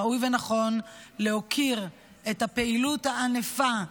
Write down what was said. ראוי ונכון להוקיר את הפעילות הענפה,